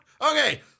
Okay